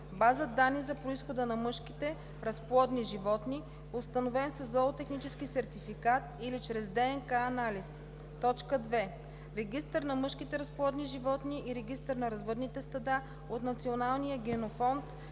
база данни за произхода на мъжките разплодни животни, установен със зоотехнически сертификат или чрез ДНК анализ; 2. регистър на мъжките разплодни животни и регистър на развъдните стада от националния генофонд,